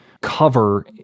cover